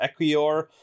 Equior